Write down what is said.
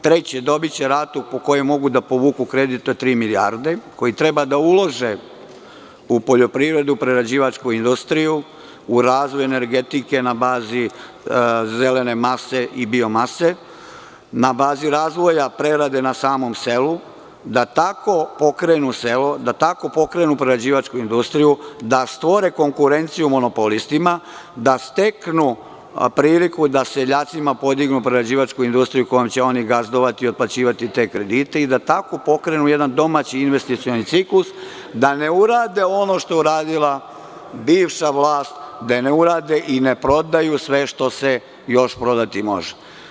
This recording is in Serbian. Treće, dobiće ratu po kojoj mogu da povuku kredit od tri milijarde, a koji treba da ulože u poljoprivredu, prerađivačku industriju, u razvoj energetike na bazi zelene mase i bio mase, na bazi razvoja na samom selu, pa da tako pokrenu selo, da tako pokrenu prerađivačku industriju, da stvore konkurenciju monopolistima, da steknu priliku da seljacima podignu prerađivačku industriju kojom će oni gazdovati, otplaćivati te kredite i da tako pokrenu jedan domaći investicioni ciklus, da ne urade ono što je radila bivša vlast, da ne urade i ne prodaju sve što se još prodati može.